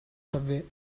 subway